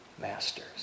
masters